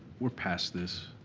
we're past this,